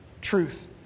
truth